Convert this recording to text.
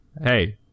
Hey